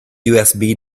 usb